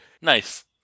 Nice